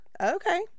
Okay